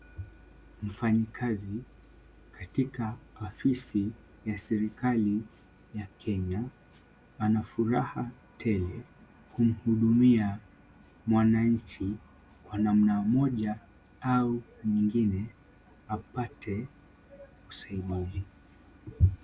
Mfanyikazi katika ofisi ya serikali ya Kenya ana furaha tele kumhudumia mwananchi kwa namna moja au nyingine apate usaidizi.